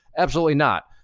absolutely not.